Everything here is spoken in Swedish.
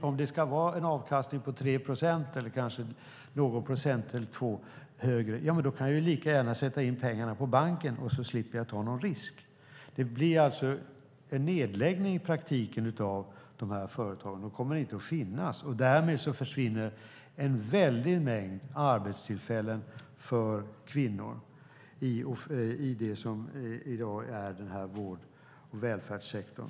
Om det ska vara en avkastning på 3 procent eller någon procent eller två högre kan man lika gärna sätta in pengarna på banken och slippa ta någon risk. Det blir alltså i praktiken en nedläggning av de här företagen. De kommer inte att finnas, och därmed försvinner en väldig mängd arbetstillfällen för kvinnor i det som i dag är vård och välfärdssektorn.